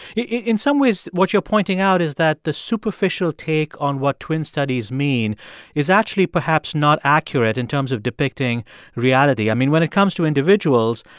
yeah in some ways, what you're pointing out is that the superficial take on what twin studies mean is actually perhaps not accurate in terms of depicting reality. i mean, when it comes to individuals,